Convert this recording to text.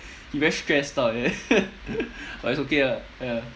he very stressed out eh but it's okay lah ya